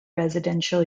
residential